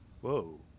whoa